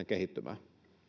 kehittymään